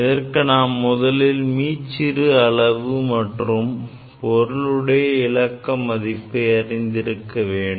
இதற்கு நாம் முதலில் மீச்சிறு அளவு மற்றும் பொருளுடையவிலக்க மதிப்பை அறிந்திருக்க வேண்டும்